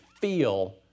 feel